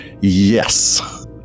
Yes